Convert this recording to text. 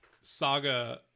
saga